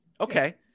Okay